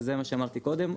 וזה מה שאמרתי קודם,